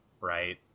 right